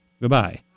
goodbye